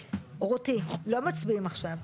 רותי, לא מצביעים עכשיו.